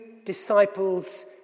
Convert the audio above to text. Disciples